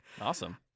Awesome